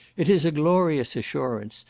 it is a glorious assurance,